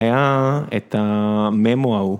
היה את ה-memo